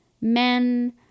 men